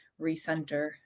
recenter